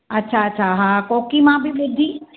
अच्छा अच्छा हा कोकी मां बि विझी